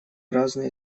разные